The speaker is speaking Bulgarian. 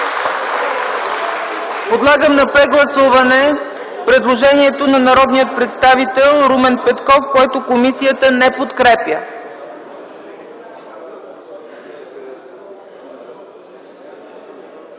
Подлагам на прегласуване предложението на народния представител Румен Петков, което комисията не подкрепя.